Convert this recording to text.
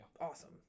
Awesome